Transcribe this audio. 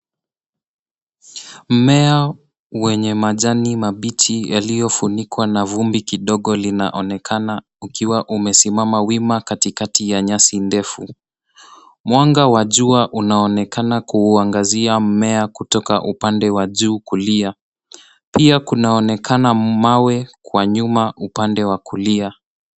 Mmea wenye majini mabichi yakiyofunikwa na vumbi kidogo unaonekana ukiwa umesimama waima katikati ya nyasi ndefu. Mwanga wa jua unaonekana kuuangazia mmea kutoka upande wa juu kulia. Pia kunaonekana mawe kwa nyuma upande wa kulia.